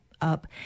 up